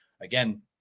again